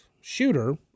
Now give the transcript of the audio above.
shooter